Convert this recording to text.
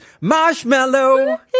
Marshmallow